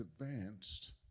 advanced